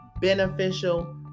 beneficial